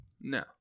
no